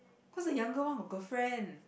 cause the younger one got girlfriend